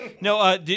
No